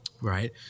right